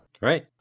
Right